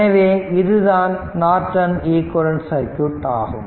எனவே இதுதான் Norton equivalent circuit ஆகும்